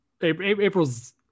April's